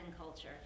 culture